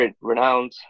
renowned